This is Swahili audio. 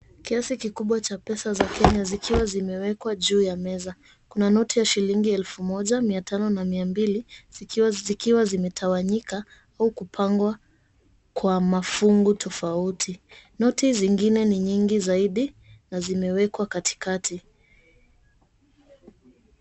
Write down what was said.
Kiasi kikubwa cha pesa za Kenya zikiwa zimewekwa juu ya meza, kuna noti ya shilingi elfu moja, mia tano, na mia mbili, zikiwa zimetawanyika au kupangwa kwa mafungu tofauti, noti zingine ni nyingi zaidi na zimewekwa katikati.